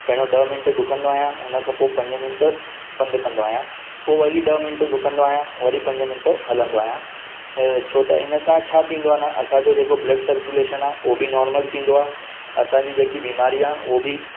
पहिरियां ॾह मिंट डुकंदो आहियां उनखां पोइ पंज मिंट पंधि कंदो आहियां पोइ वरी ॾह मिंट डुकंदो आहियां वरी पंज मिंट हलंदो आहियां ह छो त इनसां छा थींदो आहे न असांजो जेको ब्लड सर्कुलेशन आहे उहो बि नॉर्मल थींदो आहे असांजी जेकी बीमारी आहे उहा बि